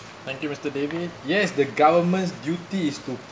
thank you mister david yes the government's duty is to